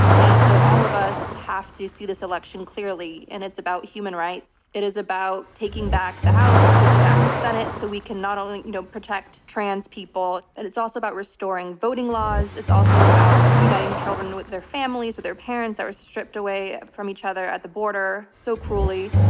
and and so all of us have to see this election clearly, and it's about human rights, it is about taking back the house and taking back the senate, so we can not only, you know, protect trans people. and it's also about restoring voting laws, it's also about uniting children with their families, with their parents, that were stripped away from each other at the border so cruelly.